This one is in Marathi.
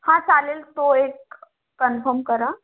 हां चालेल तो एक कन्फम करा